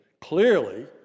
clearly